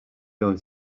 going